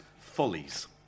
follies